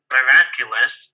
Miraculous